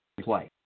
play